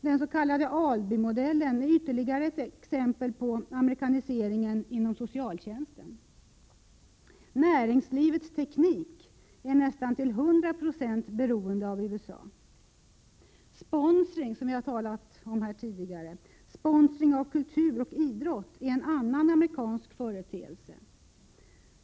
Den s.k. Alby-modellen är ytterligare ett exempel på amerikaniseringen inom socialtjänsten. Näringslivets teknik är nästan till 100 36 beroende av USA. Sponsring — som man har talat om här tidigare — av kultur och idrott är en annan amerikansk företeelse.